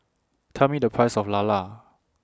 Tell Me The Price of Lala